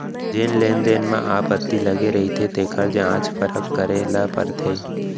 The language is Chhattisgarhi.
जेन लेन देन म आपत्ति लगे रहिथे तेखर जांच परख करे ल परथे